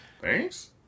Thanks